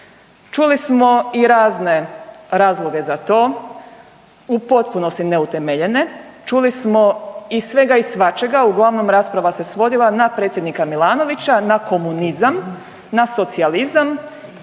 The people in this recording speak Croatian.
Čuli smo i razne razloge za to, u potpunosti neutemeljene, čuli smo i svega i svačega, uglavnom rasprava se svodila na predsjednika Milanovića, na komunizam, na socijalizam